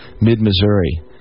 Mid-Missouri